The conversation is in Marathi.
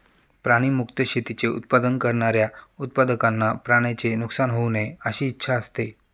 प्राणी मुक्त शेतीचे उत्पादन करणाऱ्या उत्पादकांना प्राण्यांचे नुकसान होऊ नये अशी इच्छा असते